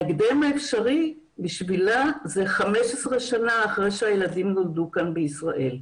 ההקדם האפשרי בשבילה זה חמש עשרה שנה אחרי שהילדים נולדו כאן בישראל.